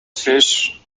fish